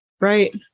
Right